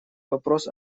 вопрос